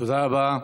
תודה רבה.